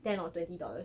ten or twenty dollars